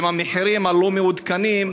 עם המחירים הלא-מעודכנים,